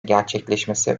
gerçekleşmesi